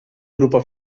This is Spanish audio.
grupo